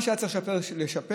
מה שהיה צריך לשפר, לשפר.